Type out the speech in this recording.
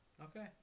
Okay